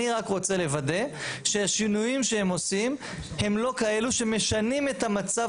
אני רק רוצה לוודא שהשינויים שהם עושים הם לא כאלה שמשנים את המצב